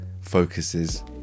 focuses